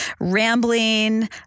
rambling